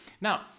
now